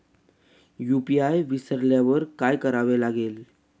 UPI विसरल्यावर काय करावे लागेल?